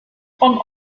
von